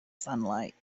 sunlight